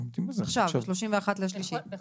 אנחנו עומדים בזה.